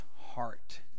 heart